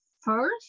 first